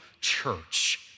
church